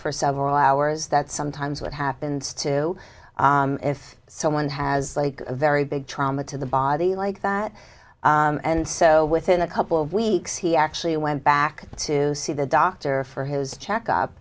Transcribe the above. for several hours that sometimes what happens to if someone has a very big trauma to the body like that and so within a couple of weeks he actually went back to see the doctor for his check up